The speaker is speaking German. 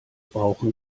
brauchen